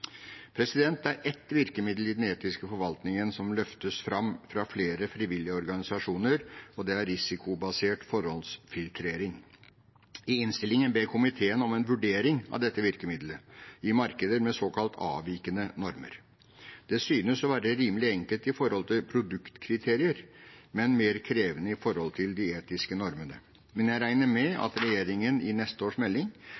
Det er ett virkemiddel i den etiske forvaltningen som løftes fram fra flere frivillige organisasjoner, og det er risikobasert forhåndsfiltrering. I innstillingen ber komiteen om en vurdering av dette virkemiddelet i markeder med såkalt avvikende normer. Det synes å være rimelig enkelt i forhold til produktkriterier, men mer krevende i forhold til de etiske normene. Men jeg regner med at regjeringen i neste års melding